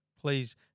please